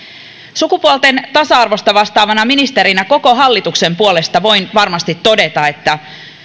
sukupuolten tasa arvosta vastaavana ministerinä koko hallituksen puolesta voin varmasti todeta että